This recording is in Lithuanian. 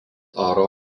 oro